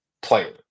player